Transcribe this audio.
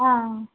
ஆ ஆ